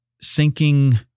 sinking